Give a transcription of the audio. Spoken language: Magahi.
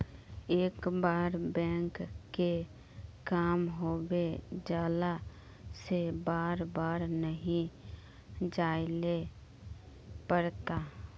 एक बार बैंक के काम होबे जाला से बार बार नहीं जाइले पड़ता?